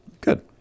Good